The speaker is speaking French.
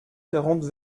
quarante